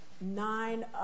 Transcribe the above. nine